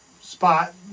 spot